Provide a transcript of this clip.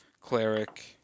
Cleric